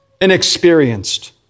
inexperienced